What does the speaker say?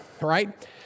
right